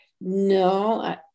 no